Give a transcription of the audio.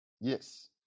Yes